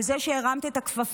על זה שהרמת את הכפפה,